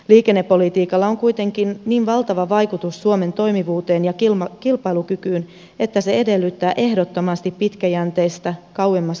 liikennepolitiikalla on kuitenkin niin valtava vaikutus suomen toimivuuteen ja kilpailukykyyn että se edellyttää ehdottomasti pitkäjänteistä kauemmas katsovaa otetta